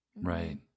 right